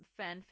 fanfic